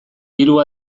hiru